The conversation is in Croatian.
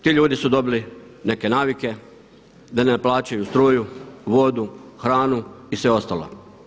Ti ljudi su dobili neke navike da ne plaćaju struju, vodu, hranu i sve ostalo.